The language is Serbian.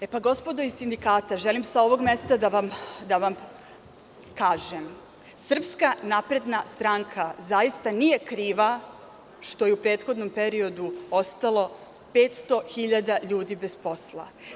E pa, gospodo iz sindikata, želim sa ovog mesta da vam kažem – Srpska napredna stranka zaista nije kriva što je u prethodnom periodu ostalo 500.000 ljudi bez posla.